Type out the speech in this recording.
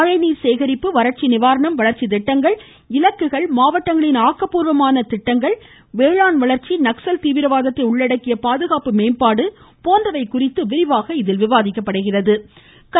மழை நீர் சேகரிப்பு வறட்சி நிவாரணம் வளர்ச்சி திட்டங்கள் இலக்குகள் மாவட்டங்களின் ஆக்கப்பூர்வ வளர்ச்சி திட்டங்கள் வேளாண் வளர்ச்சி நக்சல் தீவிரவாதத்தை உள்ளடக்கிய பாதுகாப்பு மேம்பாடு போன்றவை குறித்து விரிவாக விவாதிக்கப்படுகிறது